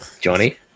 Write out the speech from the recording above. Johnny